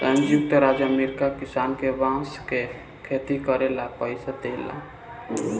संयुक्त राज्य अमेरिका किसान के बांस के खेती करे ला पइसा देला